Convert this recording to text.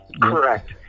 Correct